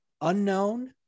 unknown